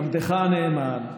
עבדך הנאמן,